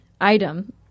item